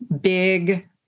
big